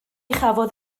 chafodd